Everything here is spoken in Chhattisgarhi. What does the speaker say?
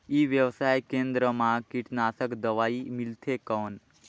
ई व्यवसाय केंद्र मा कीटनाशक दवाई मिलथे कौन?